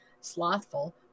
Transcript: slothful